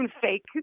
fake